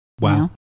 Wow